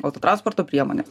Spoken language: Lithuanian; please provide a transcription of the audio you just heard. autotransporto priemonės